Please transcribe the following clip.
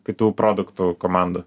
kitų produktų komandų